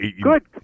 Good